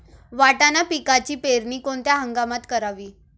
वाटाणा पिकाची पेरणी कोणत्या हंगामात करावी?